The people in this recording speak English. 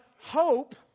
Hope